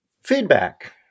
Feedback